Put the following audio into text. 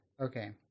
Okay